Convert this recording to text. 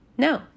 No